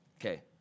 okay